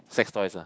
sex toys ah